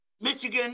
Michigan